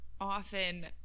often